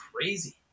crazy